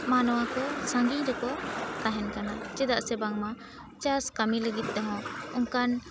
ᱢᱟᱱᱣᱟ ᱠᱚ ᱥᱟᱺᱜᱤᱧ ᱨᱮᱠᱚ ᱛᱟᱦᱮᱱ ᱠᱟᱱᱟ ᱪᱮᱫᱟᱜ ᱥᱮ ᱵᱟᱝ ᱢᱟ ᱪᱟᱥ ᱠᱟᱹᱢᱤ ᱞᱟᱹᱜᱤᱫ ᱛᱮᱦᱚᱸ ᱚᱱᱠᱟᱱ